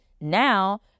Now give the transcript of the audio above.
Now